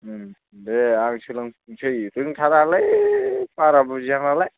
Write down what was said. उम दे आं सोलोंसै रोंथारालै बारा बुजिया नालाय